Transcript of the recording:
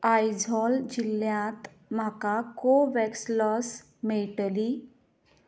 आयझोल जिल्ल्यांत म्हाका कोवॅक्स लस मेळटली